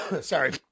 Sorry